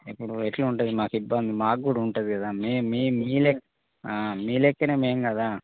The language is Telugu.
ఇప్పుడు ఎట్లా ఉంటుంది మాకు ఇబ్బంది మాక్కూడా ఉంటుంది కదా మే మే మీ లెక్క మీ లెక్కనే మేం కదా